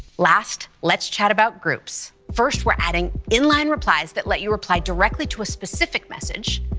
last, let's chat about groups. first, we're adding in-line replies that let you reply directly to a specific message,